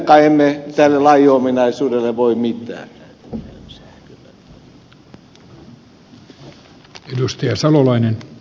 tälle lajiomaisuudelle emme kai voi mitään